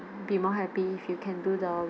be more happy if you can do the